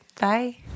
Bye